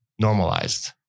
normalized